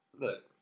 Look